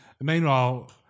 Meanwhile